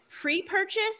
pre-purchase